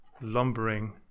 lumbering